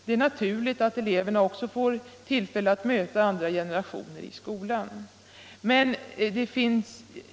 Det är naturligt att eleverna också i skolan får tillfälle att möta andra generationer.